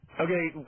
Okay